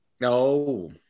No